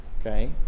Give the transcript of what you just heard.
Okay